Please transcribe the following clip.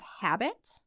habit